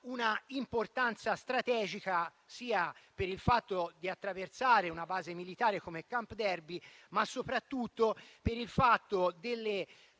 di importanza strategica sia per il fatto di attraversare una base militare come Camp Darby, ma soprattutto per i nuovi